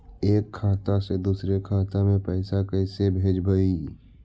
एक खाता से दुसर के खाता में पैसा कैसे भेजबइ?